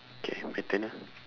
K my turn ah